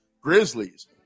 Grizzlies